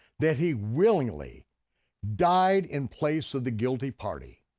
that he willingly died in place of the guilty party.